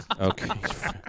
Okay